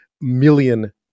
million